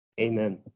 Amen